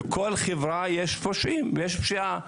בכל חברה יש פושעים ויש פשיעה,